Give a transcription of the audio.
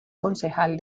concejal